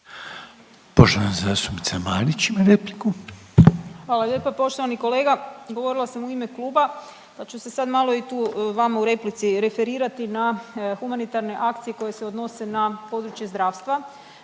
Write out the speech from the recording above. Poštovana zastupnica Marić ima repliku. **Marić, Andreja (SDP)** Hvala lijepo. Poštovani kolega, govorila sam u ime kluba pa ću se sad malo i tu vama u replici referirati na humanitarne akcije koje se odnose na područje zdravstva.